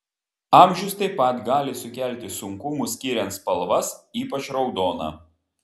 amžius taip pat gali sukelti sunkumų skiriant spalvas ypač raudoną